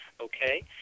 Okay